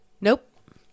Nope